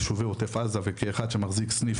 יישובי עוטף עזה וכאחד שמחזיק סניף